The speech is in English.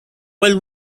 while